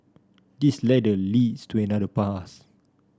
this ladder leads to another path